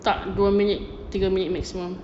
tak dua minute tiga minute maximum